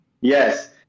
Yes